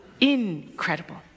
incredible